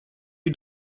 you